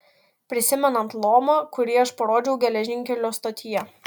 prisimenat lomą kurį aš parodžiau geležinkelio stotyje